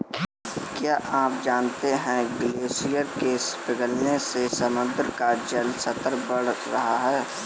क्या आप जानते है ग्लेशियर के पिघलने से समुद्र का जल स्तर बढ़ रहा है?